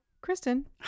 Kristen